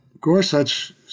Gorsuch